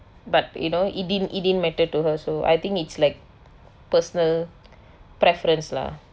but you know it didn't it didn't matter to her so I think it's like personal preference lah